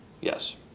Yes